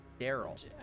Daryl